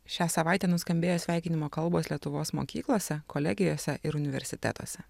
šią savaitę nuskambėjo sveikinimo kalbos lietuvos mokyklose kolegijose ir universitetuose